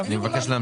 אני מבקש להמשיך.